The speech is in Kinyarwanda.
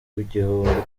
igihumbi